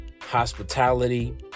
hospitality